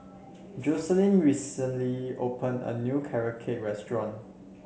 Jocelyne recently opened a new Carrot Cake restaurant